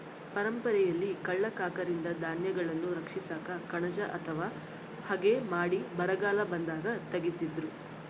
ಪರಂಪರೆಯಲ್ಲಿ ಕಳ್ಳ ಕಾಕರಿಂದ ಧಾನ್ಯಗಳನ್ನು ರಕ್ಷಿಸಾಕ ಕಣಜ ಅಥವಾ ಹಗೆ ಮಾಡಿ ಬರಗಾಲ ಬಂದಾಗ ತೆಗೀತಿದ್ರು